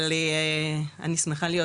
אבל אני שמחה להיות,